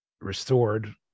restored